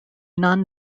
non